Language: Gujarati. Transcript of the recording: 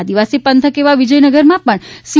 આદિવાસી પંથક એવા વિજયનગરમાં પણ સી